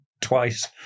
twice